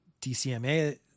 DCMA